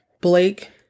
Blake